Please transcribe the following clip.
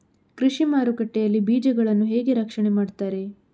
ಕೃಷಿ ಮಾರುಕಟ್ಟೆ ಯಲ್ಲಿ ಬೀಜಗಳನ್ನು ಹೇಗೆ ರಕ್ಷಣೆ ಮಾಡ್ತಾರೆ?